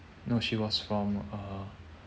no she was from